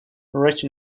rich